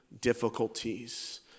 difficulties